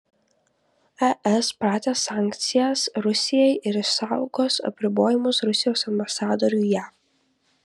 es pratęs sankcijas rusijai ir išsaugos apribojimus rusijos ambasadoriui jav